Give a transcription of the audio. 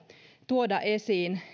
tuoda esiin